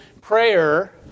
prayer